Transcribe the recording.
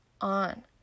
on